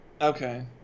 okay